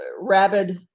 rabid